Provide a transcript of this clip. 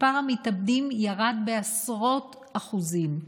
מספר המתאבדים ירד בעשרות אחוזים.